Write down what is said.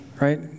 right